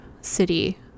city